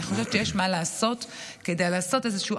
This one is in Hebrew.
אני חושבת שיש מה לעשות כדי לעשות איזשהו